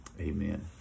Amen